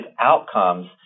outcomes